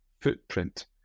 footprint